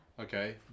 Okay